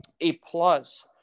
A-plus